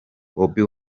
bobi